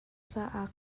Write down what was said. caah